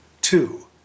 Two